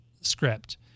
script